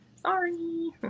Sorry